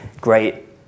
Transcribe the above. great